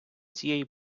цієї